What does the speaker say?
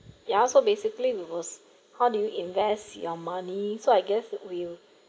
ya so basically it was how do you invest your money so I guess that we'll